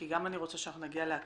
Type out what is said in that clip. כי אני גם רוצה שנגיע להקראה,